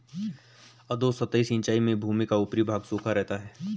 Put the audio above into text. अधोसतही सिंचाई में भूमि का ऊपरी भाग सूखा रहता है